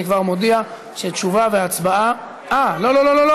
אני כבר מודיע שתשובה והצבעה, אה, לא לא לא.